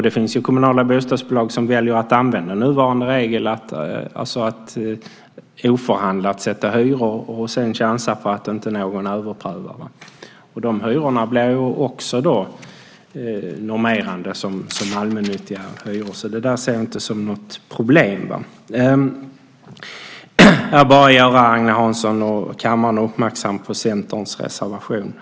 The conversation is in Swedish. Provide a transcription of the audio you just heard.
Det finns kommunala bostadsbolag som väljer att använda nuvarande regel att oförhandlat sätta hyror och sedan chansa på att inte någon överprövar. De hyrorna blir också normerande som allmännyttiga hyror. Det ser jag inte som något problem. Jag vill göra Agne Hansson och kammaren uppmärksamma på Centerns reservation.